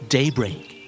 Daybreak